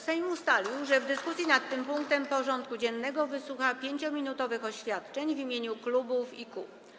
Sejm ustalił, że w dyskusji nad tym punktem porządku dziennego wysłucha 5-minutowych oświadczeń w imieniu klubów i kół.